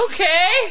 Okay